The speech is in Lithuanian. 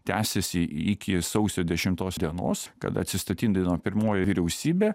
tęsiasi iki sausio dešimtos dienos kada atsistatydino pirmoji vyriausybė